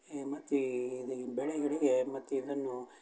ಮತ್ತೆ ಇದು ಬೆಳೆಗಳಿಗೆ ಮತ್ತು ಇದನ್ನು